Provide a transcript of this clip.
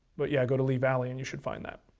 but yeah, go to lee valley and you should find that.